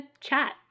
chat